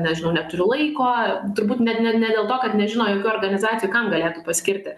nežinau neturiu laiko turbūt net ne ne dėl to kad nežino jokių organizacijų kam galėtų paskirti